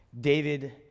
David